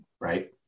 right